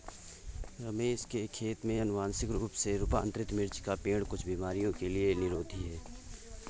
रमेश के खेत में अनुवांशिक रूप से रूपांतरित मिर्च के पेड़ कुछ बीमारियों के लिए निरोधी हैं